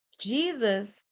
jesus